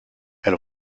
elle